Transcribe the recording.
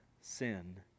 sin